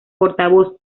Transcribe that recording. portavoz